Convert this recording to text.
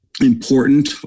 important